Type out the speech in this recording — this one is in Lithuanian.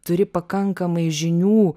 turi pakankamai žinių